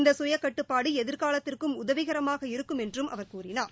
இந்த சுய கட்டுப்பாடு எதிர்காலத்திற்கும் உதவிகரமாக இருக்கும் என்றும் அவர் கூறினார்